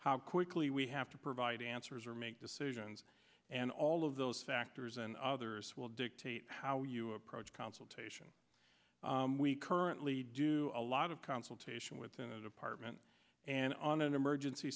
how quickly we have to provide answers or make decisions and all of those factors and others will dictate how you approach consultation we currently do a lot of consultation with an apartment and on an emergency